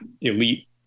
elite